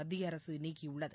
மத்திய அரசு நீக்கியுள்ளது